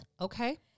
Okay